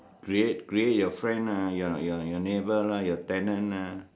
create your friend lah your your your neighbour ah your tenant ah